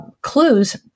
clues